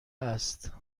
است